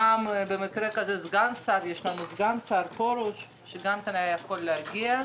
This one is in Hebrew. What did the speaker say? יש גם את סגן השר פרוש שגם כן יכול היה להגיע.